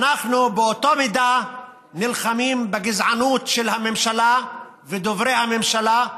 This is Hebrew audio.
באותה מידה אנחנו נלחמים בגזענות של הממשלה ודוברי הממשלה,